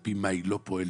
על פי מה היא לא פועלת.